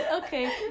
Okay